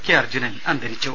K Arjunan അന്തരിച്ചു